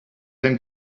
then